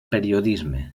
periodisme